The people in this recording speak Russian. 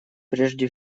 прежде